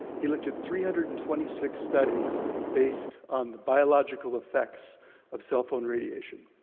he looked at three hundred and twenty six studies based on the biological effects of cell phone radiation.